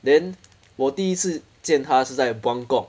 then 我第一次见她是在 buangkok